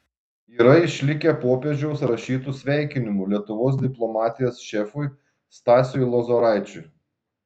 yra išlikę popiežiaus rašytų sveikinimų lietuvos diplomatijos šefui stasiui lozoraičiui